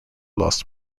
lost